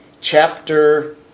chapter